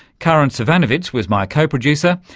karin zsivanovits was my co-producer.